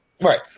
Right